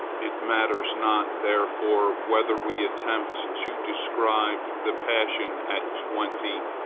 it matters not therefore whether we attempt to describe the passion at twenty,